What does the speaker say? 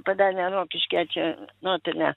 padarėme rokiškyje čia nu tai ne